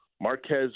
Marquez